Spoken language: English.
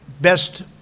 best